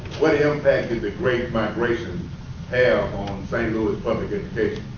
what impact did the great migration have on st. louis public ah